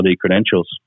credentials